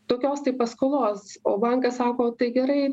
tokios tai paskolos o bankas sako tai gerai